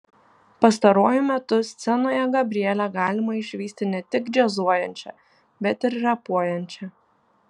pastaruoju metu scenoje gabrielę galima išvysti ne tik džiazuojančią bet ir repuojančią